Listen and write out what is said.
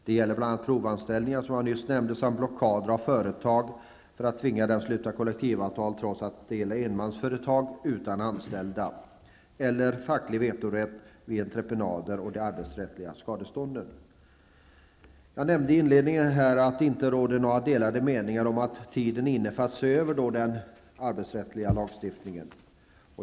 Det gäller bl.a. provanställningar, som jag nyss nämnde, blockader av företag för att tvinga dem att sluta kollektivavtal trots att det gäller enmansföretag utan anställda, facklig vetorätt vid entreprenader och de arbetsrättsliga skadestånden. Jag nämnde i inledningen att det inte råder några delade meningar om att tiden är inne för att se över den arbetsrättsliga lagstiftningen.